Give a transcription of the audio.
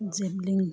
javelin